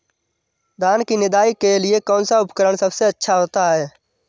धान की निदाई के लिए कौन सा उपकरण सबसे अच्छा होता है?